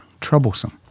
troublesome